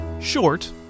short